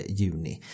juni